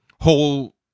whole